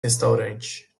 restaurante